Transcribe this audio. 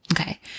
Okay